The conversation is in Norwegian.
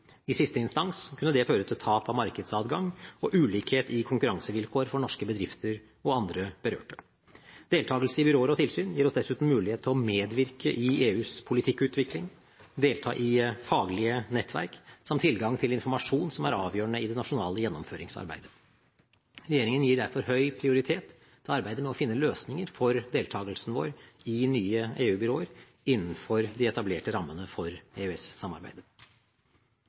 I siste instans kunne det føre til tap av markedsadgang og ulikhet i konkurransevilkår for norske bedrifter og andre berørte. Deltakelse i byråer og tilsyn gir oss dessuten mulighet til å medvirke i EUs politikkutvikling og til å delta i faglige nettverk, samt tilgang til informasjon som er avgjørende i det nasjonale gjennomføringsarbeidet. Regjeringen gir derfor høy prioritet til arbeidet med å finne løsninger for deltakelsen vår i nye EU-byråer innenfor de etablerte rammene for